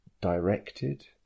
directed